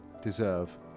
deserve